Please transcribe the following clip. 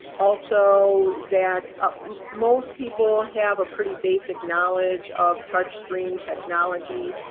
also that most people have a pretty basic knowledge of touchscreen technology.